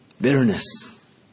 Bitterness